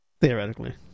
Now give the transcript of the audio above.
Theoretically